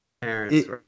parents